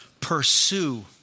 pursue